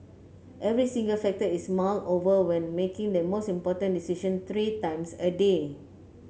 every single factor is mulled over when making the most important decision three times a day